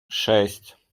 шесть